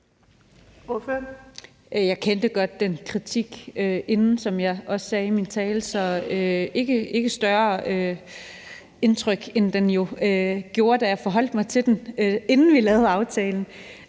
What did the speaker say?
Jeg kendte godt den kritik inden, som jeg også sagde i min tale. Så den gør ikke større indtryk, end den jo gjorde, da jeg forholdt mig til den, inden vi lavede aftalen.